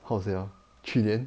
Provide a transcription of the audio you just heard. how to say ah 去年